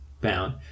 bound